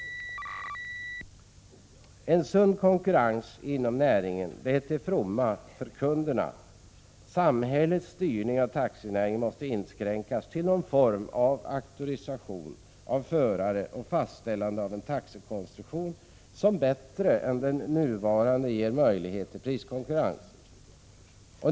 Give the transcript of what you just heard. En sund konkurrens inom näringen är till fromma för kunderna. Samhällets styrning av taxinäringen måste inskränkas till någon form av auktorisation av förarna och fastställande av en taxikonstruktion som bättre än den nuvarande ger möjlighet till priskonkurrens.